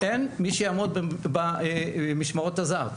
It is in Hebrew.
אין מי שיעמוד במשמרות הזהב.